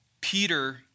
Peter